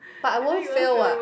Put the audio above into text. but I would fail what